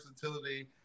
versatility